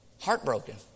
Heartbroken